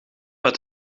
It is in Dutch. uit